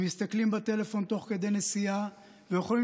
הם מסתכלים בטלפון תוך כדי נסיעה ויכולים